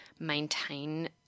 maintain